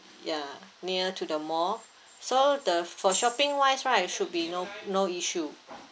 ya near to the mall so the for shopping-wise right should be no no issue